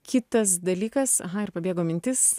kitas dalykas aha ir pabėgo mintis